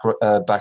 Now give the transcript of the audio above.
back